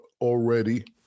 already